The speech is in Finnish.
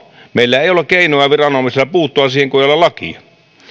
meillä ei ole keinoja viranomaisilla puuttua siihen kun ei ole lakia mutta